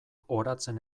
oratzen